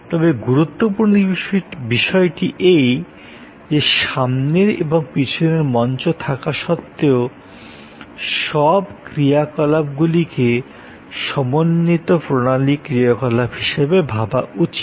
তবে গুরুত্বপূর্ণ বিষয়টি এই যে সামনের এবং পিছনের মঞ্চ থাকা সত্ত্বেও সব ক্রিয়াকলাপগুলিকে সমন্বিত প্রণালী ক্রিয়াকলাপ হিসাবে ভাবা উচিত